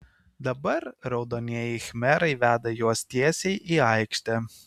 dabar raudonieji khmerai veda juos tiesiai į aikštę